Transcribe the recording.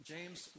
James